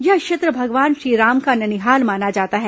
यह क्षेत्र भगवान श्रीराम का ननिहाल माना जाता है